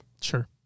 Sure